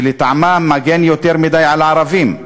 שלטעמה מגן יותר מדי על הערבים,